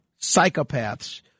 psychopaths